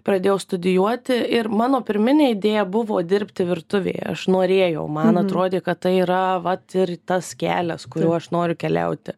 pradėjau studijuoti ir mano pirminė idėja buvo dirbti virtuvėje aš norėjau man atrodė kad tai yra vat ir tas kelias kuriuo aš noriu keliauti